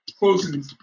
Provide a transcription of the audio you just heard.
Closing